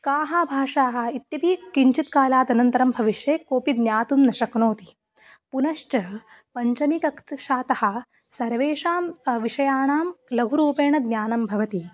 काः भाषाः इत्यपि किञ्चित् कालाद् अनन्तरं भविष्यति कोऽपि ज्ञातुं न शक्नोति पुनश्च पञ्चमीकक्षातः सर्वेषां विषयाणां लघु रूपेण ज्ञानं भवति